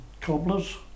cobblers